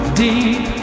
deep